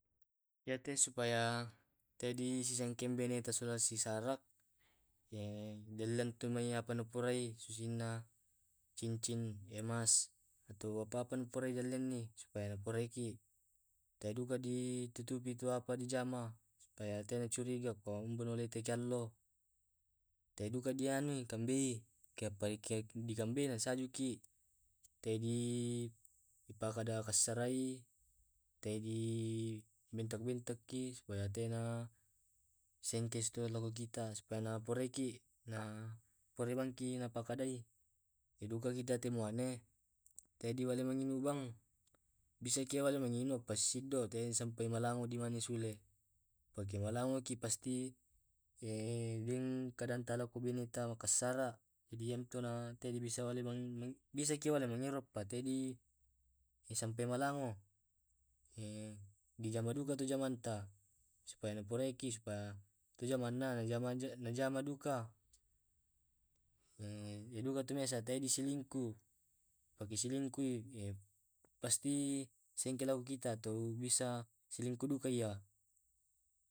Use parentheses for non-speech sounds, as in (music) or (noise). Iyate supaya taedi sisangki bineta sola sisarak (hesitation) dilian tumai apana kupurai susinna cincin emas atau apapan purai diallianki supaya puraiki tae duka di tutupi tu apa dijama supaya tenna curiga kombani tea jallo tae duka dianui kambei kam pai nakambei na sajuki tae di (hesitation) pakada kasarai tae di bentak bentak ki supaya tena, sengkis to lao kita supaya na puraiki na porebangki napakadai idukakita te muane te dianu manginu bang. Bisaki to manginung passiddo teai sampai malango dimane sulle. Pake malangoki pasti (hesitation) beng kadanta lao ku bene ta kassara jadi iyami tu na teai di bissai wale bang beng. (unintelligible) Bisaki wale mangiro pa te di e sampai malango eh, dijama duka tu jamanta supaya na puraiki supa tu jamanna na jama na jama duka (hesitation) duka biasa teai di selingku. Yake selingkuki pasti, (hesitation) sengke laokita to bisa selingku dukai ya.